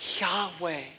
Yahweh